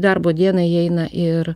darbo dieną įeina ir